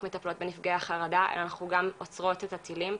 מטפלות בנפגעי החרדה אלא אנחנו גם עוצרות את הטילים,